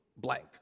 blank